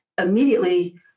immediately